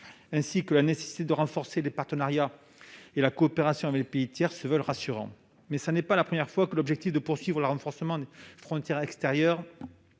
tels que la nécessité de renforcer les partenariats et la coopération des pays tiers, se veulent rassurants, mais ce n'est pas la première fois que l'objectif de renforcer les frontières extérieures